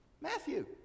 Matthew